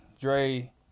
Dre